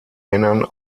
männern